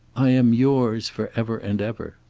i am yours. for ever and ever.